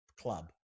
club